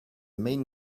main